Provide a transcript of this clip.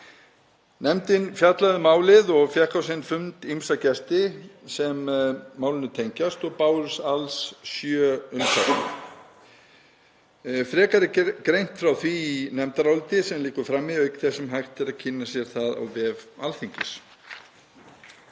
Nefndin fjallaði um málið og fékk á sinn fund ýmsa gesti sem málinu tengjast og bárust alls sjö umsagnir. Frekar er greint frá því í nefndaráliti sem liggur frammi auk þess sem hægt er að kynna sér það á vef Alþingis.